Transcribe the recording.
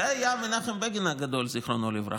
זה היה מנחם בגין הגדול, זיכרונו לברכה.